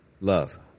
Love